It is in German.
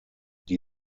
die